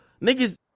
Niggas